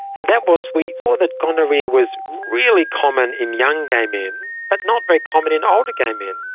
and that was we saw that gonorrhoea was really common in young gay men but not very common in older gay men.